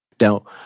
Now